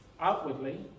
outwardly